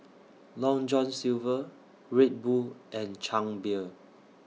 Long John Silver Red Bull and Chang Beer